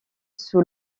sous